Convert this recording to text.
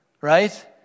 right